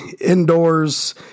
indoors